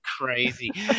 Crazy